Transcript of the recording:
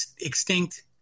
extinct